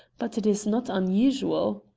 but it is not unusual.